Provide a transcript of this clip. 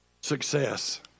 success